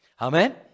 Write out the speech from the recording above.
Amen